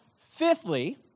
fifthly